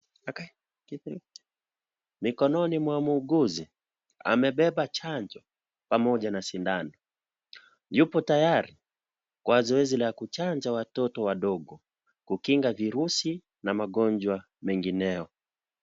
Mikononi mwa muuguzi, amebeba chanjo, pamoja sindano. Yupo tayari kwa zoezi la kuchanja watoto wadogo. Kukinga virusi, na magonjwa mengineo.